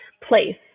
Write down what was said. place